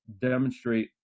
demonstrate